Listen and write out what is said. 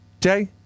Jay